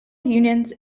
unions